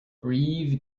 breathe